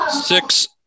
six